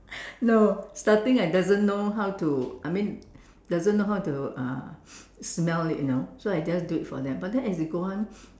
no starting I doesn't know how to I mean doesn't know how to uh smell it you know so I just do it for them but then as it go on